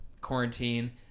quarantine